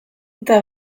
eta